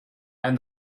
and